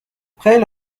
خیلی